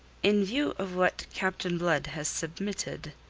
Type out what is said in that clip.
in view of what captain blood has submitted.